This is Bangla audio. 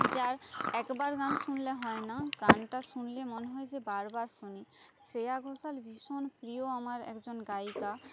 যার একবার গান শুনলে হয় না গানটা শুনলে মনে হয় যে বারবার শুনি শ্রেয়া ঘোষাল ভীষণ প্রিয় আমার একজন গায়িকা